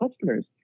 customers